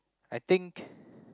I think